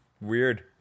weird